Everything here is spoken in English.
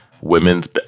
women's